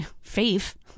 faith